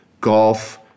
golf